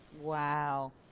Wow